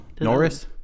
Norris